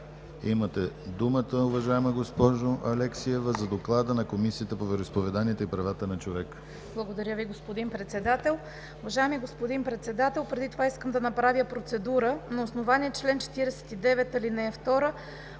Имате думата, уважаема госпожо Алексиева, за доклада на Комисията по вероизповеданията и правата на човека. ЕВГЕНИЯ АЛЕКСИЕВА (ГЕРБ): Благодаря Ви, господин Председател. Уважаеми господин председател, преди това искам да направя процедура. На основание чл. 49, ал. 2